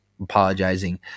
apologizing